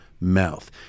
mouth